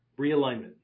realignment